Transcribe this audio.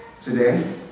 Today